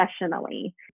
professionally